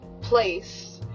place